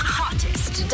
hottest